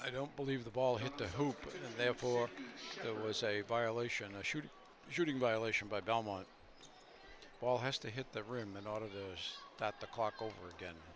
i don't believe the ball hit the hoop and therefore there was a violation a shooting shooting violation by belmont ball has to hit the room and out of those that the clock over again